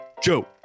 Joe